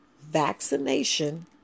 vaccination